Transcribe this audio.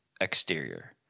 exterior